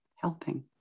helping